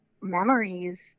memories